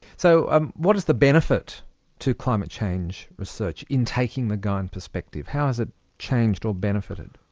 so um what is the benefit to climate change research in taking the gaian perspective? how has it changed or benefited?